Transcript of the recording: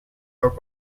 are